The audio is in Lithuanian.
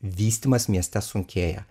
vystymas mieste sunkėja